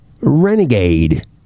RENEGADE